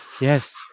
Yes